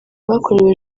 bakorewe